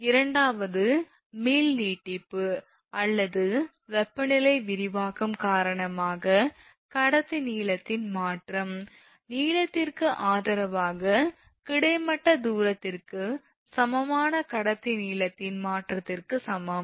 இரண்டாவது மீள் நீட்டிப்பு அல்லது வெப்பநிலை விரிவாக்கம் காரணமாக கடத்தி நீளத்தின் மாற்றம் நீளத்திற்கு ஆதரவாக கிடைமட்ட தூரத்திற்கு சமமான கடத்தி நீளத்தின் மாற்றத்திற்கு சமம்